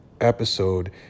episode